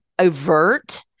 overt